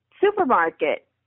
supermarket